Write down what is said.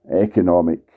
economic